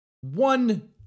one